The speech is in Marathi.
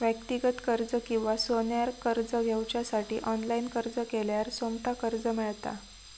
व्यक्तिगत कर्ज किंवा सोन्यार कर्ज घेवच्यासाठी ऑनलाईन अर्ज केल्यार सोमता कर्ज मेळता